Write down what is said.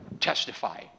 testify